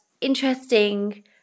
interesting